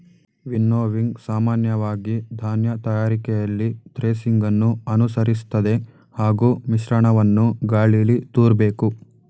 winnowing ಸಾಮಾನ್ಯವಾಗಿ ಧಾನ್ಯ ತಯಾರಿಕೆಯಲ್ಲಿ ಥ್ರೆಸಿಂಗನ್ನು ಅನುಸರಿಸ್ತದೆ ಹಾಗೂ ಮಿಶ್ರಣವನ್ನು ಗಾಳೀಲಿ ತೂರ್ಬೇಕು